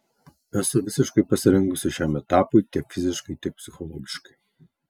esu visiškai pasirengusi šiam etapui tiek fiziškai tiek psichologiškai